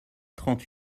trente